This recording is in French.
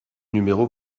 numéro